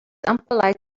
unpolite